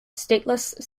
stateless